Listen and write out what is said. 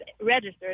registered